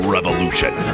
Revolution